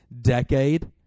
decade